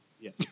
Yes